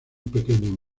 pequeño